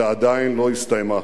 שעדיין לא הסתיימה.